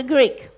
Greek